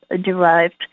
derived